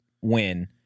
win